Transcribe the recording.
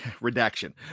redaction